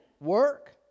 work